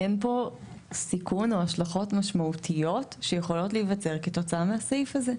אין פה סיכון או השלכות משמעותיות שיכולות להיווצר כתוצאה מהסעיף הזה.